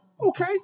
Okay